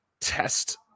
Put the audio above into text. test